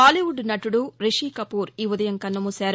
బాలీవుడ్ నటుడు రిషీకపూర్ ఈ ఉదయం కన్నుమూశారు